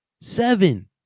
Seven